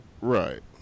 Right